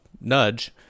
nudge